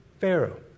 Pharaoh